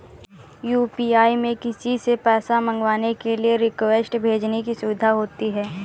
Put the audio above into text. UPI में किसी से पैसा मंगवाने के लिए रिक्वेस्ट भेजने की सुविधा होती है